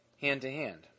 hand-to-hand